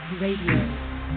radio